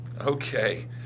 okay